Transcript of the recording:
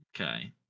Okay